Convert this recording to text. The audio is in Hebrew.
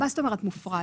מה זאת אומרת "מופרד"?